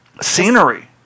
Scenery